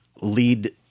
lead